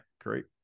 great